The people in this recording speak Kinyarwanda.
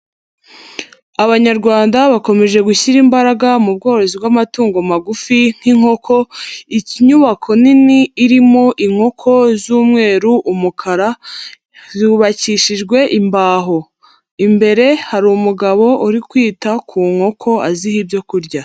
Abanyarwanda bakomeje gushyira imbaraga mu bworozi bw'amatungo magufi nk'inkoko, inyubako nini irimo inkoko z'umweru, umukara, zubakishijwe imbaho. Imbere hari umugabo uri kwita ku nkoko, aziha ibyo kurya.